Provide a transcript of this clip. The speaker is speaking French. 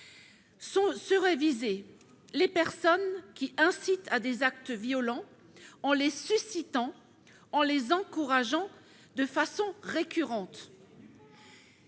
Seraient visées les personnes qui incitent à des actes violents, en les suscitant ou en les encourageant de façon récurrente.